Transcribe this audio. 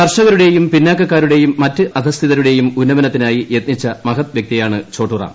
കർഷകരുടെയും പിന്നാക്കക്കാരുടെയും മറ്റ് അധഃസ്ഥിതരുടെയും ഉന്നമനത്തിനായി യത്നിച്ച മഹത്വ്യക്തിയാണ് ചോട്ടുറാം